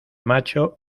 macho